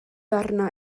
arna